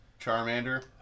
charmander